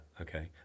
Okay